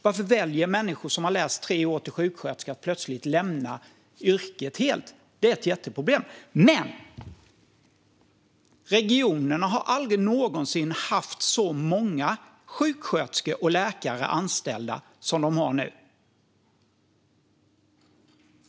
Varför väljer människor som har läst tre år till sjuksköterska att plötsligt lämna yrket helt? Det är ett jätteproblem. Men regionerna har aldrig någonsin haft så många sjuksköterskor och läkare anställda som de har nu.